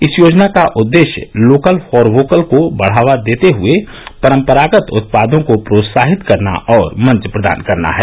इस योजना का उद्देश्य लोकल फॉर वोकल को बढ़ावा देते हुये परम्परागत उत्पादों को प्रोत्साहित करना और मंच प्रदान करना है